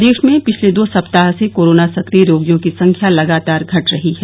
प्रदेश में पिछले दो सप्ताह से कोरोना सक्रिय रोगियों की संख्या लगातार घट रही है